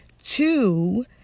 two